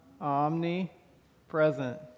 Omnipresent